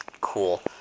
cool